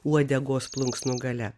uodegos plunksnų galia